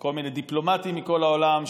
או כל מיני דיפלומטים מכל העולם,